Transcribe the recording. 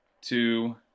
two